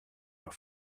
your